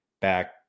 back